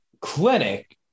clinic